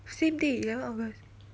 same day eleven august